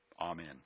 Amen